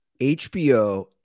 hbo